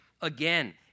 again